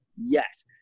Yes